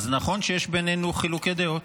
אז נכון שיש בינינו חילוקי דעות,